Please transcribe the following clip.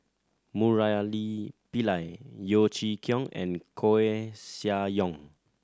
Murali Pillai Yeo Chee Kiong and Koeh Sia Yong